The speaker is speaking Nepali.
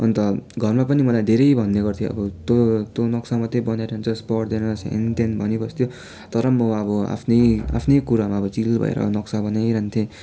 अन्त घरमा पनि मलाई धेरै भन्ने गर्थ्यो अब तँ तँ नक्सा मात्रै बनाइरहन्छस् पढ्दैनस् हेनतेन भनिबस्थ्यो तर म अब आफ्नै आफ्नै कुरामा अब चिल भएर नक्सा बनाइरहन्थेँ